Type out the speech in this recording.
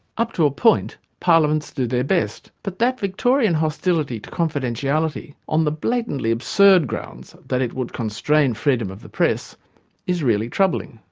up to a point, parliaments do their best, but that victorian hostility to confidentiality on the blatantly absurd grounds that it would constrain freedom of the press is really troubling.